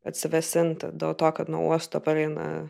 atsivėsinti dėl to kad nuo uosto pareina